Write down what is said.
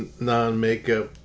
non-makeup